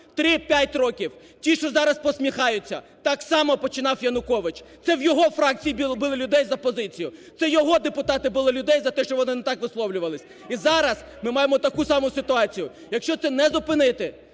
три, п'ять років. Ті, що зараз посміхаються, так само починав Янукович. Це в його фракції били людей за позицію, це його депутати били людей за те, що вони не так висловлювалися. І зараз ми маємо таку саму ситуацію. Якщо це не зупинити,